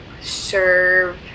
serve